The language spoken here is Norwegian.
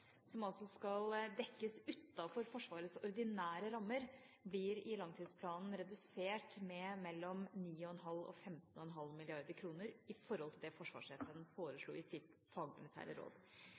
som altså skal dekkes utenfor Forsvarets ordinære rammer, blir i langtidsplanen redusert med mellom 9,5 mrd. kr og 15,5 mrd. kr, i forhold til det forsvarssjefen foreslo i sitt fagmilitære råd.